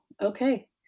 Okay